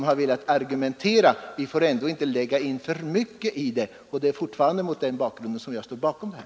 Vi får vara försiktiga så att vi inte lägger in för mycket i det här förslaget.